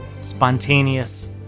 spontaneous